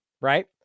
right